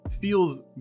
feels